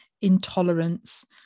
intolerance